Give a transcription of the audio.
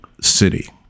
City